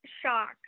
shock